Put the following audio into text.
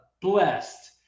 blessed